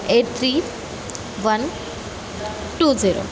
eight three one two zero